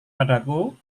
padaku